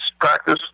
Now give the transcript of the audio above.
Practice